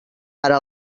ara